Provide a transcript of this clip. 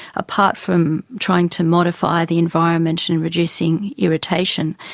apart from trying to modify the environment and reducing irritation,